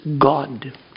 God